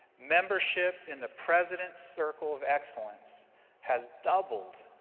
membership in the president's circle of excellence has doubled,